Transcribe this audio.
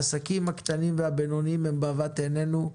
העסקים הקטנים והבינוניים הם בבת עיננו,